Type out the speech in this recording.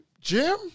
jim